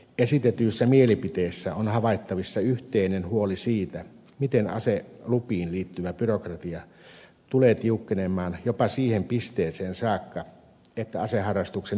esitetyissä mielipiteissä on havaittavissa yhteinen huoli siitä miten aselupiin liittyvä byrokratia tulee tiukkenemaan jopa siihen pisteeseen saakka että aseharrastuksen jatkuminen vaarantuu